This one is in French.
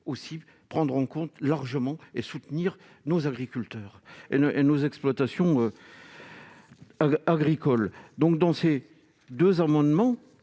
aussi prendre en compte largement et soutenir nos agriculteurs et nos exploitations agricoles, donc dans ces 2 amendements.